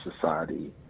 society